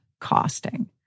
costing